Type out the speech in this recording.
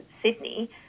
Sydney